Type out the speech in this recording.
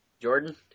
Jordan